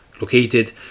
located